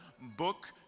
book